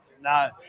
no